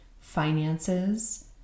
finances